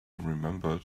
remembered